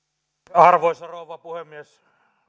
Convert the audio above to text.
arvoisa rouva puhemies